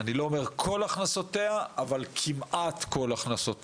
שאני לא אומר כל הכנסותיה, אבל כמעט כל הכנסותיה,